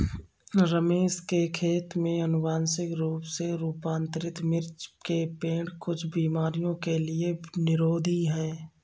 रमेश के खेत में अनुवांशिक रूप से रूपांतरित मिर्च के पेड़ कुछ बीमारियों के लिए निरोधी हैं